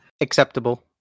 Acceptable